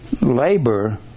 Labor